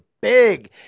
big